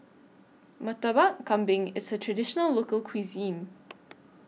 Murtabak Kambing IS A Traditional Local Cuisine